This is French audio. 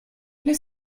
les